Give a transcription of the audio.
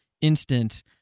instance